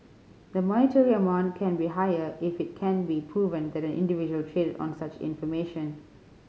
the monetary amount can be higher if it can be proven that an individual traded on such information